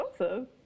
awesome